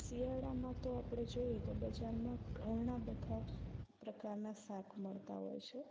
શિયાળામાં તો આપણે જોઈએ તો બજારમાં ઘણાં બધા પ્રકારનાં શાક મળતાં હોય છે